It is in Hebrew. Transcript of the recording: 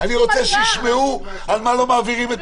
אני רוצה שישמעו על מה לא מעבירים את החוק.